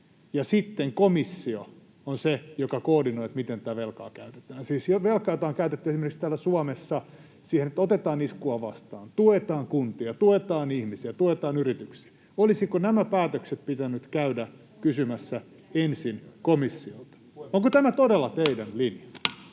ja sitten komissio on se, joka koordinoi, miten tätä velkaa käytetään, siis velkaa, jota on käytetty esimerkiksi täällä Suomessa siihen, että otetaan iskua vastaan, tuetaan kuntia, tuetaan ihmisiä, tuetaan yrityksiä? Olisiko nämä päätökset pitänyt käydä kysymässä ensin komissiolta? Onko tämä todella [Puhemies